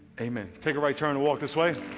amen. take a right turn and walk this way.